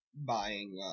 Buying